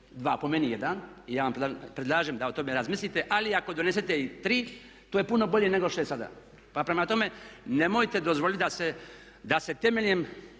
dva, po meni jedan, ja vam predlažem da o tome razmislite. Ali ako donesete i tri, to je puno bolje nego što je sada. Pa prema tome, nemojte dozvoliti da se temeljem